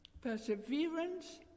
Perseverance